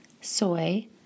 soy